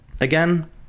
Again